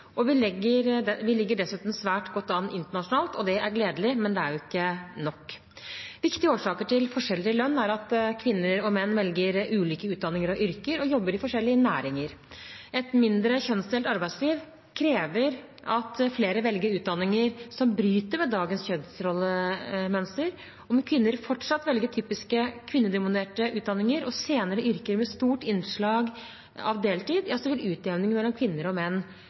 Vi ligger dessuten svært godt an internasjonalt. Det er gledelig, men det er ikke nok. Viktige årsaker til forskjeller i lønn er at kvinner og menn velger ulike utdanninger og yrker, og jobber i forskjellige næringer. Et mindre kjønnsdelt arbeidsliv krever at flere velger utdanninger som bryter med dagens kjønnsrollemønster. Om kvinner fortsatt velger typiske kvinnedominerte utdanninger og senere yrker med stort innslag av deltid, vil utjevningen mellom kvinner og menn